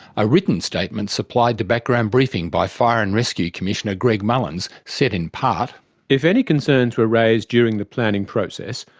a written statement supplied to background briefing by fire and rescue commissioner greg mullins said in part reading if any concerns were raised during the planning process,